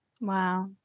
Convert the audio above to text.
Wow